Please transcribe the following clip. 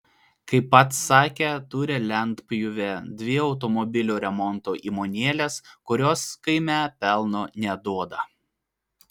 kaip pats sakė turi lentpjūvę dvi automobilių remonto įmonėles kurios kaime pelno neduoda